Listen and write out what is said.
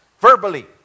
verbally